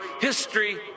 History